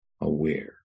aware